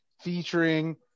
featuring